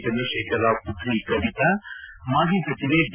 ಚಂದ್ರಶೇಖರ್ ರಾವ್ ಮತ್ರಿ ಕವಿತಾ ಮಾಜಿ ಸಚಿವೆ ಡಿ